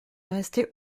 restait